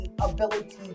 ability